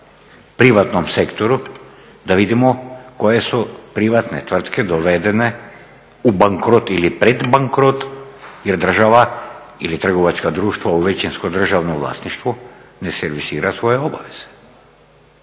privatnom sektoru da vidimo koje su privatne tvrtke dovedene u bankrot ili pred bankrot jel država ili trgovačka društva u većinskom državnom vlasništvu ne servisira svoje obaveze.